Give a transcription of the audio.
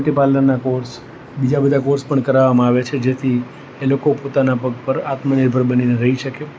બ્યૂટીપાર્લરના course બીજા બધા course પણ કરાવામાં આવે છે જેથી એ લોકો પોતાના પગ પર આત્મનિર્ભર બનીને રહી શકે